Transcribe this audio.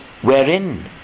Wherein